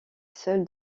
seul